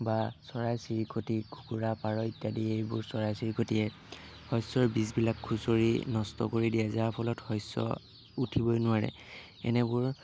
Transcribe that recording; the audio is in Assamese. বা চৰাই চিৰিকটি কুকুৰা পাৰ ইত্যাদি এইবোৰ চৰাই চিৰিকটিয়ে শস্যৰ বীজবিলাক খোঁচৰি নষ্ট কৰি দিয়ে যাৰ ফলত শস্য উঠিবই নোৱাৰে এনেবোৰৰ